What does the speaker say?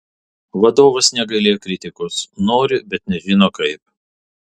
vadovas negailėjo kritikos nori bet nežino kaip